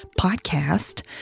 podcast